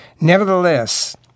Nevertheless